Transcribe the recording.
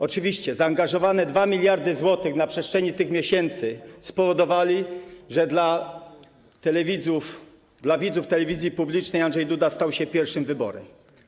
Oczywiście zaangażowanie 2 mld zł na przestrzeni tych miesięcy spowodowało, że dla telewidzów, dla widzów telewizji publicznej Andrzej Duda stał się pierwszym wyborem.